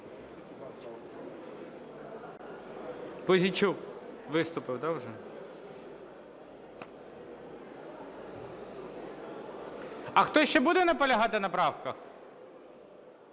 Пузійчук виступив, да, вже? А хтось ще буде наполягати на правках?